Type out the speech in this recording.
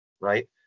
right